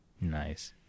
nice